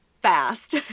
fast